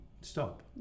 stop